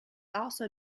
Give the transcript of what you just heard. also